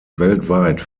weltweit